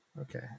Okay